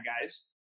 guys